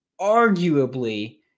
arguably